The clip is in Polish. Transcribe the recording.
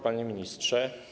Panie Ministrze!